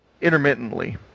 Intermittently